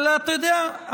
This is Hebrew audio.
אבל אתה יודע,